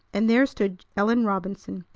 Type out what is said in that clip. and there stood ellen robinson,